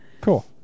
Cool